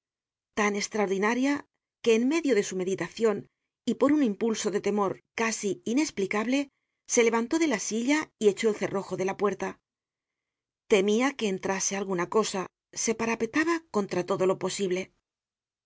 tan extraordinaria que en medio de su meditacion y por un impulso de temor casi inesplicable se levantó de la silla y echó el cerrojo á la puerta temia que entrase alguna cosa se parapetaba contra todo lo posible un